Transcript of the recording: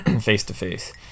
face-to-face